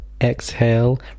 exhale